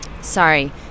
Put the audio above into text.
sorry